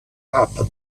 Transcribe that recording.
happen